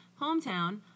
hometown